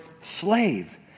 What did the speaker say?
slave